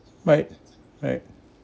but